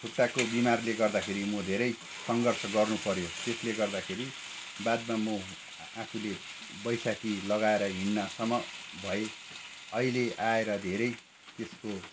खुट्टाको बिमारले गर्दाखेरि म धेरै सङ्घर्ष गर्नुपर्यो त्यसले गर्दाखेरि बादमा म आफूले बैसाखी लगाएर हिँड्नेसम्म भएँ अहिले आएर धेरै त्यसको